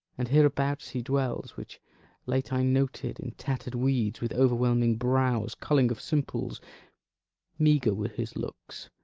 and hereabouts he dwells which late i noted in tatter'd weeds, with overwhelming brows, culling of simples meagre were his looks,